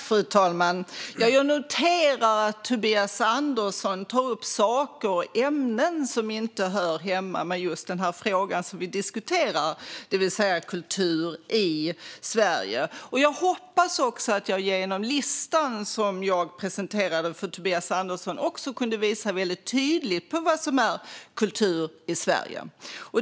Fru talman! Jag noterar att Tobias Andersson tar upp saker och ämnen som inte gäller den fråga som vi diskuterar, det vill säga kultur i Sverige. Jag hoppas att jag genom den lista jag presenterade för Tobias Andersson kunde visa väldigt tydligt vad kultur är i Sverige.